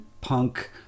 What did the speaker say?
punk